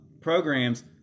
programs